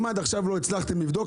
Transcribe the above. אם עד עכשיו לא הצלחתם לבדוק,